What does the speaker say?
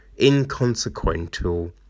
inconsequential